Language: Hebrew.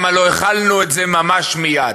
למה לא החלנו את זה ממש מייד.